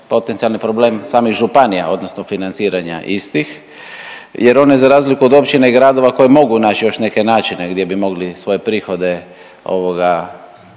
potencijalni problem samih županija odnosno financiranja istih jer one za razliku od općine i gradova koje mogu nać još neke načine gdje bi mogli svoje prihode ovoga